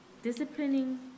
Disciplining